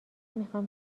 میخام